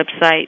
website